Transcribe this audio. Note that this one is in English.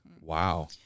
Wow